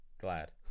Glad